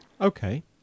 Okay